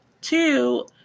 two